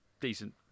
decent